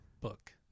book